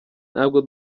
ntabwo